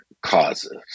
causes